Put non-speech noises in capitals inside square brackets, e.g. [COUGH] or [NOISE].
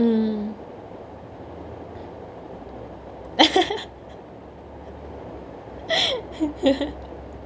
mm [LAUGHS]